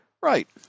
Right